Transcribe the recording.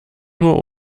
nur